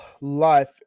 life